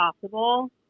possible